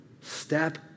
Step